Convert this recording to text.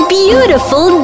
beautiful